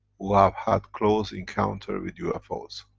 who have had close encounter with ufo's.